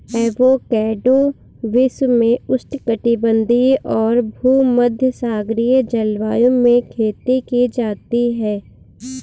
avocado विश्व में उष्णकटिबंधीय और भूमध्यसागरीय जलवायु में खेती की जाती है